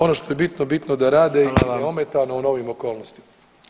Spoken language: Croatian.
Ono što je bitno, bitno da rade [[Upadica: Hvala vam.]] i neometano u novim okolnostima.